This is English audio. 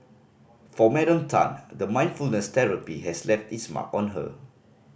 for Madam Tan the mindfulness therapy has left its mark on her